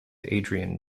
adrian